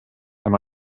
and